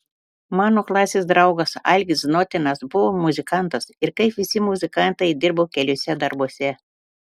mano klasės draugas algis znotinas buvo muzikantas ir kaip visi muzikantai dirbo keliuose darbuose